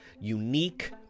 unique